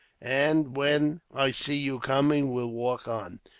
and when i see you coming, will walk on.